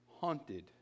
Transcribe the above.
haunted